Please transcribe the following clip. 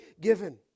given